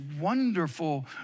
wonderful